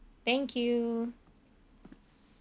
thank you